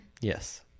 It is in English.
Yes